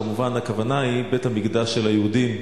כמובן, הכוונה היא בית-המקדש של היהודים.